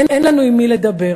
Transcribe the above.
אין לנו עם מי לדבר,